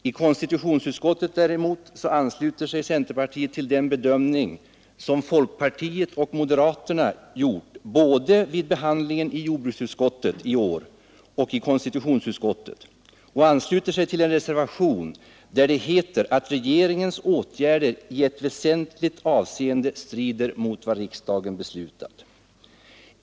I konstitutionsutskottet däremot ansluter sig centerpartiet till den bedömning som folkpartiet och moderaterna gjort i år, både vid behandlingen i jordbruksutskottet och i konstitutionsutskottet, och ställer sig bakom reservationen, där det heter att regeringens åtgärder i ett väsentligt avseende strider mot vad riksdagen beslutat.